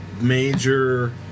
major